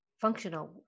functional